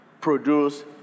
produce